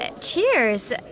cheers